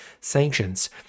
sanctions